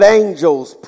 angels